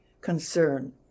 concern